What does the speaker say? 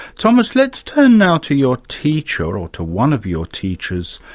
thomas, let's turn now to your teacher, or to one of your teachers,